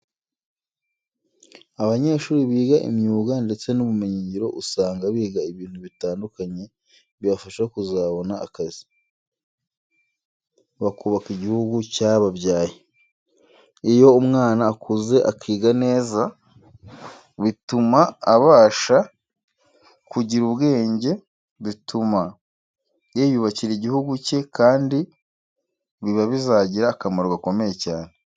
Abanyeshuri biga imyuga ndetse n'ubumenyi ngiro usanga biga ibintu bitandukanye bibafasha kuzabona akazi, bakubaka igihugu cyababyaye. Iyo umwana akuze akiga neza bituma abasha kugira ubwenge bituma yiyubakira igihugu cye kandi biba bizagira akamaro gakomeye cyane.